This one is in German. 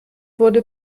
wurde